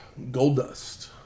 Goldust